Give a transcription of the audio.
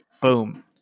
Boom